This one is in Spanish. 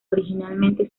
originalmente